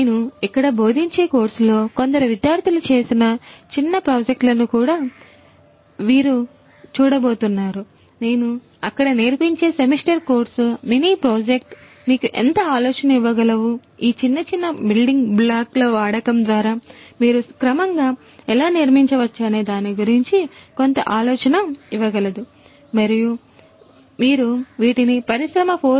నేను ఇక్కడ బోధించే కోర్సులో కొందరు విద్యార్థుల చేసిన చిన్న ప్రాజెక్టులను కూడా మీరు చూడబోతున్నారునేను అక్కడ నేర్పించే సెమిస్టర్ కోర్సుమినీ ప్రాజెక్టు మీకు కొంత ఆలోచనను ఇవ్వగలవు ఈ చిన్న చిన్న బిల్డింగ్ బ్లాక్ల వాడకం ద్వారా మీరు క్రమంగా ఎలా నిర్మించవచ్చనే దాని గురించి కొంత ఆలోచన ఇవ్వగలదు మరియు మీరు వాటిని పరిశ్రమ 4